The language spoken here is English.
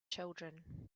children